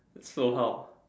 so how